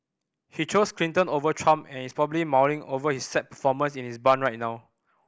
he chose Clinton over Trump and is probably mulling over his sad performance in his barn right now